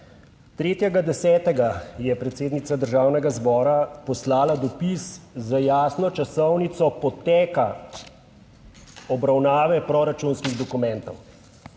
3. 10. je predsednica Državnega zbora poslala dopis z jasno časovnico poteka obravnave proračunskih dokumentov